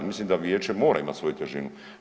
Mislim da vijeće mora imati svoju težinu.